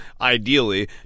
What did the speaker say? ideally